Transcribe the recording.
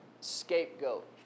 scapegoat